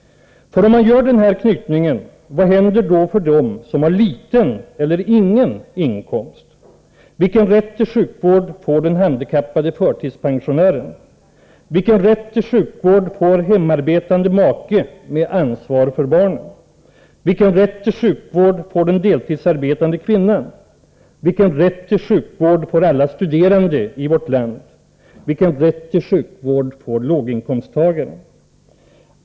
Om man gör den här knytningen, vad händer då för dem som har liten eller ingen inkomst? Vilken rätt till sjukvård får den handikappade förtidspensio nären? Vilken rätt till sjukvård får en hemarbetande make med ansvar för barnen? Vilken rätt till sjukvård får den deltidsarbetande kvinnan? Vilken rätt till sjukvård får alla studerande i vårt land? Vilken rätt till sjukvård får låginkomsttagaren?